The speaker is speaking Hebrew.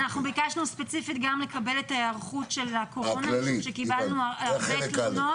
ביקשנו ספציפית לקבל את ההיערכות לקורונה כי קיבלנו הרבה תלונות